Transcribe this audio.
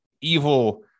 evil